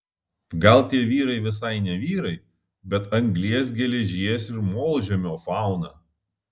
gal tie vyrai visai ne vyrai bet anglies geležies ir molžemio fauna